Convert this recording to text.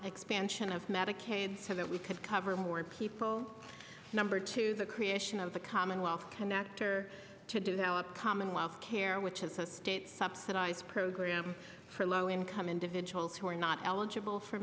expansion of medicaid so that we could cover more people number two the creation of the commonwealth connector to do that up commonwealth care which is a state subsidized program for low income individuals who are not eligible for